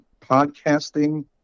podcasting